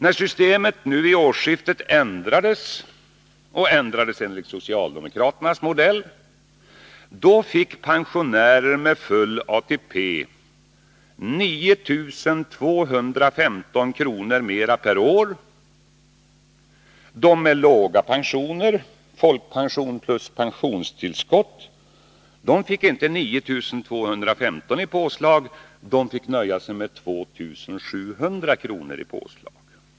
När systemet nu vid årsskiftet ändrades enligt socialdemokraternas modell fick pensionärer med full ATP 9 215 kr. mer per år — de med låga pensioner, folkpension plus pensionstillskott, fick inte 9 215 i påslag; de fick nöja sig med 2 700 kr. i påslag.